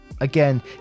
Again